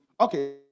Okay